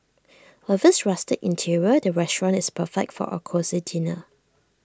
with its rustic interior the restaurant is perfect for A cosy dinner